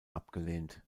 abgelehnt